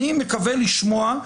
אני מקווה לשמוע,